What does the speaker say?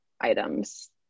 items